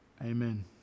Amen